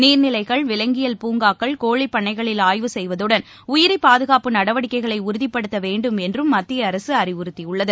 நீர்நிலைகள் விலங்கியல் பூங்காக்கள் கோழிப்பண்ணைகளில் ஆய்வு செய்வதுடன் உயிரிபாதுகாப்பு நடவடிக்கைகளைஉறுதிப்படுத்தவேண்டும் என்றும் மத்தியஅரசுஅறிவுறுத்தியுள்ளது